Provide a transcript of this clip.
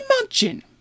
imagine